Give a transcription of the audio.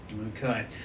Okay